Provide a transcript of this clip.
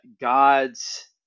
God's